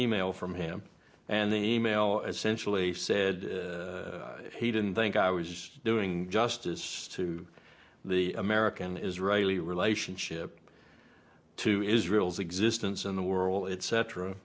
from him and the e mail essentially said he didn't think i was doing just as stu the american israeli relationship to israel's existence in the world it's cetera